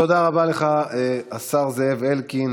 תודה רבה לך, השר זאב אלקין.